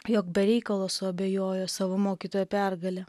jog be reikalo suabejojo savo mokytojo pergale